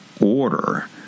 order